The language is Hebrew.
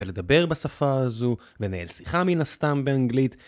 ולדבר בשפה הזו, לנהל שיחה מן הסתם באנגלית